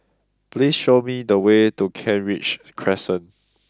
please show me the way to Kent Ridge Crescent